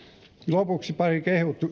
lopuksi pari